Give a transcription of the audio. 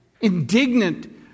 indignant